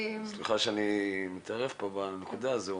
סליחה שאני מתערב פה בנקודה הזו.